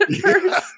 first